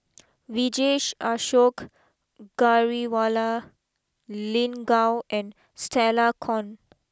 Vijesh Ashok Ghariwala Lin Gao and Stella Kon